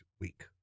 week